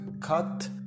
cut